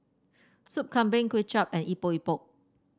Sop Kambing Kuay Chap and Epok Epok